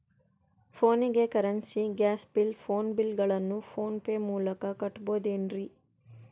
ಫೋನಿಗೆ currency, gas bill, phone bill ಗಳನ್ನು PhonePe ಮೂಲಕ ಕಟ್ಟಬಹುದೇನ್ರಿ?